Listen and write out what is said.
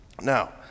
Now